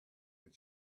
but